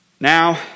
Now